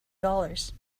dollars